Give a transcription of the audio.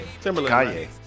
Timberlake